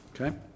Okay